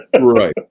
Right